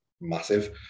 massive